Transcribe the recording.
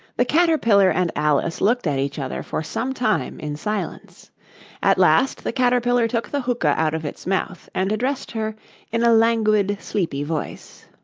the caterpillar and alice looked at each other for some time in silence at last the caterpillar took the hookah out of its mouth, and addressed her in a languid, sleepy voice.